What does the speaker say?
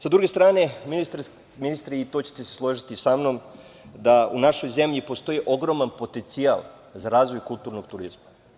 Sa druge strane, ministri, i tu ćete se složiti sa mnom, da u našoj zemlji postoji ogroman potencijal za razvoj kulturnog turizma.